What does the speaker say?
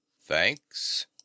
thanks